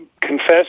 confess